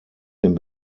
dem